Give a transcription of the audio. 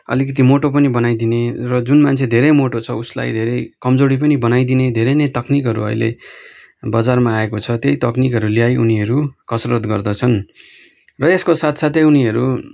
अलिकति मोटो पनि बनाइदिने र जुन मान्छे धेरै मोटो छ उसलाई धेरै कमजोरी पनि बनाइदिने धेरै नै तक्निकहरू अहिले बजारमा आएको छ त्यही तक्निकहरू ल्याई उनीहरू कसरत गर्दछन् र यसको साथ साथै उनीहरू